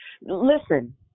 listen